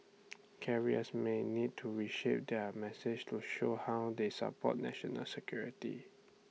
carriers may need to reshape their message to show how they support national security